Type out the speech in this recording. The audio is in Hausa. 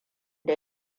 da